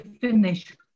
finish